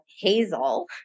Hazel